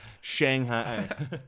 shanghai